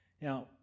Now